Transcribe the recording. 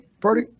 party